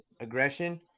aggression